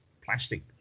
plastic